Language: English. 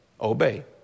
Obey